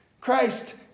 Christ